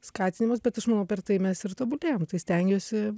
skatinimas bet aš manau per tai mes ir tobulėjam tai stengiuosi